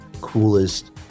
coolest